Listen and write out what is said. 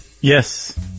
Yes